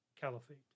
caliphate